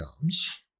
comes